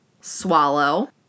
Swallow